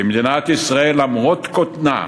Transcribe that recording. כי מדינת ישראל, למרות קוטנה,